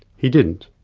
he didn't,